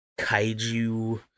kaiju